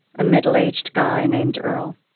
a middle-aged guy named earl.